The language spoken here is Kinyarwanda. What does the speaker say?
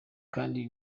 kandi